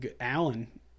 Alan